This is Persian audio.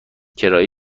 کرایه